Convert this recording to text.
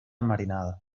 marinada